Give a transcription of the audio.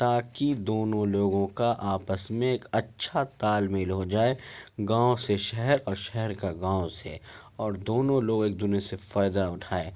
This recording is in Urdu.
تاکہ دونوں لوگوں کا آپس میں ایک اچھا تال میل ہو جائے گاؤں سے شہر اور شہر کا گاؤں سے اور دونوں لوگ ایک دونے سے فائدہ اٹھائیں